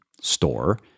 store